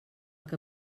que